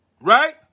right